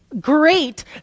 great